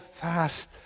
fast